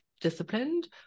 disciplined